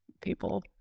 people